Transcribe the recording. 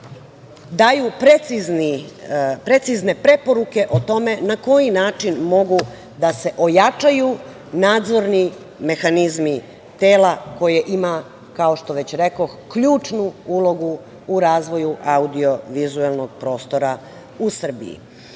daju precizne preporuke o tome na koji način mogu da se ojačaju nadzorni mehanizmi tela koje ima, kao što već rekoh, ključnu ulogu u razvoju audio-vizuelnog prostora u Srbiji.U